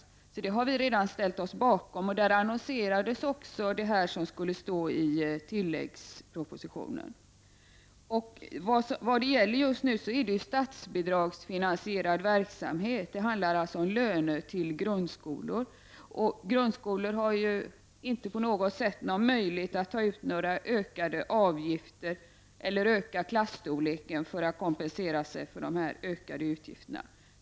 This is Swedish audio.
Det har vi alltså, Ivar Franzén, redan ställt oss bakom. I budgetpropositionen annonserades också vad som skulle stå i tilläggspropositionen. Det gäller just nu statsbidragsfinansierad verksamhet. Det handlar om löner till grundskolor. Grundskolor har ju inte på något sätt någon möjlighet att ta ut ökade avgifter eller att öka klasstorleken för att kompensera sig för de ökade utgifterna.